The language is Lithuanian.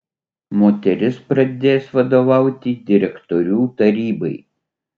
moteris pradės vadovauti direktorių tarybai